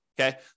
okay